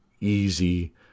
easy